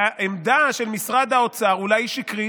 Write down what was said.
והעמדה של משרד האוצר אולי היא שקרית,